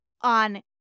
on